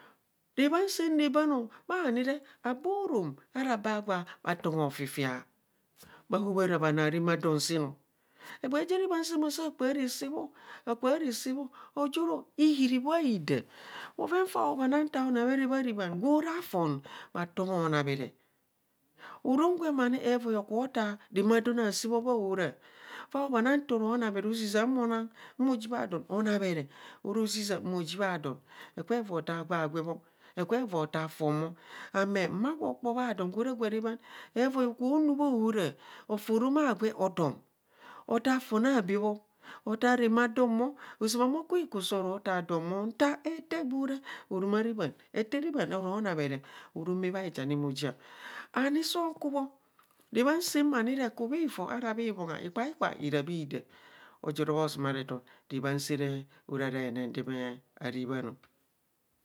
Rabhaan saam rebaan bhani re abaa orom ara baa gwa bha tongho fifia bho hobhara bhanoo aram adon seeno egbee ja rabhaam saam asa kura resaa bho akura resaa bho ajo ro hihirii bhaidaa bhoven fao bhana ntao namere bha rabhaan gwo ra fan bha tongho anamere orom gwem evai okubhu taa ramaadon aasee bho, bha ahora fao bhana nto ro namera ozizia mo nang mo ji bha don onamere oro zizia mo ji bha don ekubhe vai taa gwa gwe bho ekabhe voi otaa fon bho ame mma gwo kpo baa don gwo ra gwa rabhaan evai akubho nuu bhaohora ofi orom agwe otom otaa fon abee bho, otaa ramaadon bho ozama ame okuhiku soro taa don bho nta ete gwo raa orom araa bhaam ete rabhan oro namere oro mee bhajami mo jiega ani sokubho, rabhaan saam re ku bhito ara bhi bhongha, ikpaikpa irabhia oja ora bhosomarethon rabhaan saa re arara henendeme arabhaano.